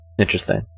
Interesting